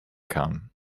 kamen